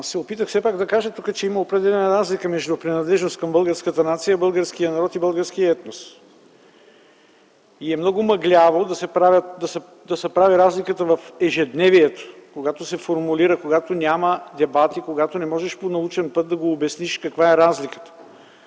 Аз се опитах все пак да кажа тук, че има определена разлика между принадлежност към българската нация, българския народ и българския етнос. И е много мъгляво да се прави разликата в ежедневието – когато се формулира, когато няма дебати, когато не можеш по научен път да обясниш каква е разликата.